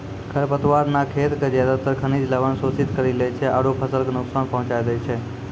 खर पतवार न खेत के ज्यादातर खनिज लवण शोषित करी लै छै आरो फसल कॅ नुकसान पहुँचाय दै छै